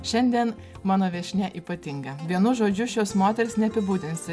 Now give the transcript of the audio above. šiandien mano viešnia ypatinga vienu žodžiu šios moters neapibūdinsi